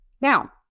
Now